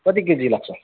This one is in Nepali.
कति केजी लाग्छ